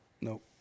Nope